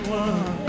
one